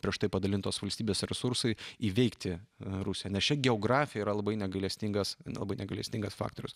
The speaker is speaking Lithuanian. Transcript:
prieš tai padalintos valstybės resursai įveikti rusiją nes čia geografija yra labai negailestingas labai negailestingas faktorius